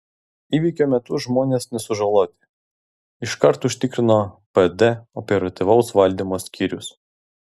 įvykio metu žmonės nesužaloti iškart užtikrino pd operatyvaus valdymo skyrius